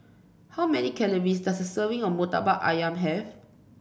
how many calories does a serving of murtabak ayam have